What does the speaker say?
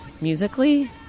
musically